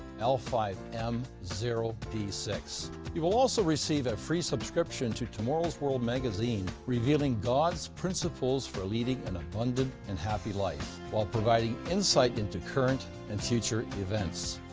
l five m zero p six you will also receive a free subscription to tomorrow's world magazine, revealing god's principals for living an abundant and happy life while providing insight into current and future events.